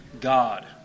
God